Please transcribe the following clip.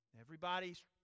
Everybody's